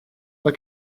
pas